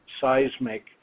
seismic